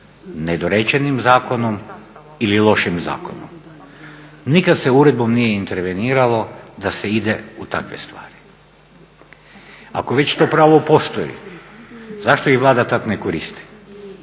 nedorečenim zakonom ili lošim zakonom. Nikad se uredbom nije interveniralo da se ide u takve stvari. Ako već to pravo postoji zašto ih Vlada tad ne koristi,